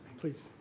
Please